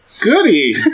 Goody